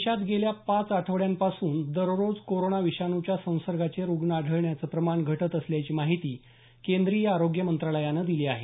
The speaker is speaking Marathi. देशात गेल्या पाच आठवड्यांपासून दररोज कोरोना विषाणुच्या संसर्गाचे रुग्ण आढळण्याचं प्रमाण घटत असल्याची माहिती केंद्रीय आरोग्य मंत्रालयानं दिली आहे